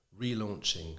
relaunching